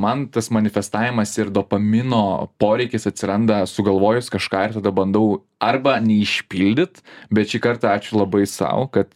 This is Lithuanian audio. man tas manifestavimas ir dopamino poreikis atsiranda sugalvojus kažką ir tada bandau arba neišpildyt bet šį kartą ačiū labai sau kad